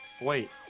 Wait